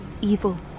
evil